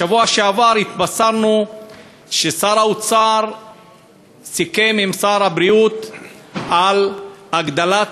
בשבוע שעבר התבשרנו ששר האוצר סיכם עם שר הבריאות על הגדלת